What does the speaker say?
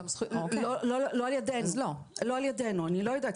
לא על ידינו, אני לא יודעת.